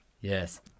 yes